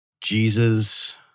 Jesus